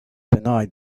denied